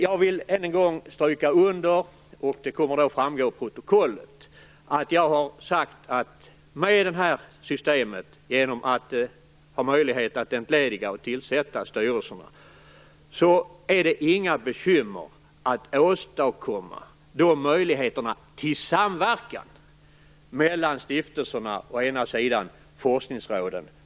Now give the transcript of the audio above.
Jag vill än en gång understryka att jag har sagt att genom systemet att ha möjlighet att tillsätta eller entlediga styrelser är det inga bekymmer att åstadkomma möjligheter till samverkan mellan å ena sida stiftelserna och å andra sidan forskningsråden.